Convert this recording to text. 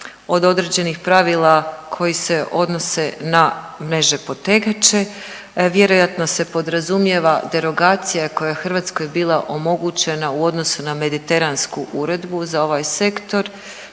od određenih pravila koji se odnose na mreže potegače, vjerojatno se podrazumijeva derogacija koja je Hrvatskoj bila omogućena u odnosu na mediteransku uredbu za ovaj sektor,